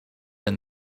and